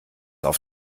auf